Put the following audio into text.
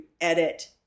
edit